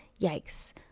Yikes